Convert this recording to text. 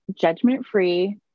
judgment-free